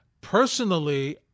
Personally